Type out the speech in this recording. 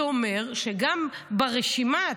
זה אומר שגם ברשימה,